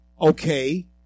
Okay